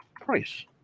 price